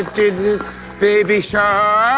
doo-doo baby shark